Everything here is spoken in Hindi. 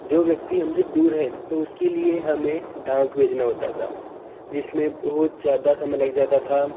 जो व्यक्ती हमसे दूर है तो उसके लिए हमें डाक भेजना होता था जिसमें बहुत ज़्यादा समय लग जाता था